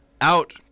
out-